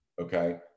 Okay